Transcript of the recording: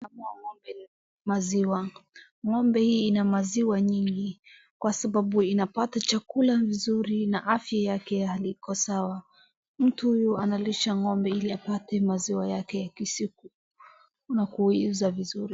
Maana ya ng'ombe ni maziwa. Ng'ombe hii ina maziwa nyingi kwa sababu inapata chakula vizuri na afya yake liko sawa. Mtu analisha ng'ombe ili apate maziwa yake kisiku na kuiuza vizuri.